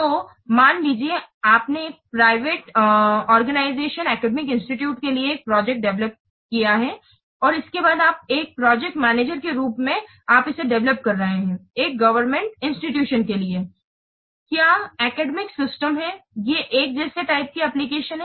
तो मान लीजिए आपने एक प्राइवेट आर्गेनाइजेशन अकादमिक इंस्टीटूशन के लिए एक प्रोजेक्ट डेवेलोप किया है और इसके बाद आप एक प्रोजेक्ट मैनेजर के रूप में आप इसे डेवेलोपकर रहे हैं एक गोवेर्मेंट इंस्टीटूशन के लिए क्या अकादमिक सिस्टम है ये एक जैसे टाइप की एप्लीकेशन है